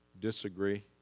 disagree